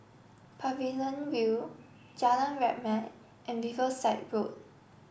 Pavilion View Jalan Rahmat and Riverside Road